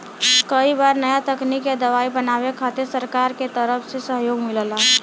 कई बार नया तकनीक या दवाई बनावे खातिर सरकार के तरफ से सहयोग मिलला